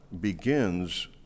begins